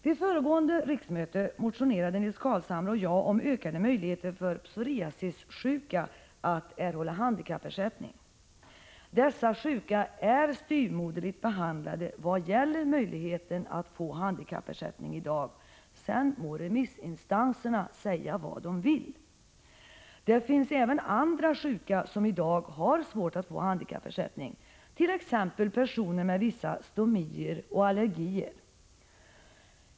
Vid föregående riksmöte motionerade Nils Carlshamre och jag om ökade möjligheter för psoriasissjuka att erhålla handikappersättning. Dessa sjuka är styvmoderligt behandlade vad gäller möjligheten att få handikappersättning — sedan må remissinstanserna säga vad de vill. Det finns även andra sjuka som i dag har svårt att få handikappersättning, t.ex. personer med vissa stomier och allergier.